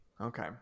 Okay